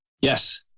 Yes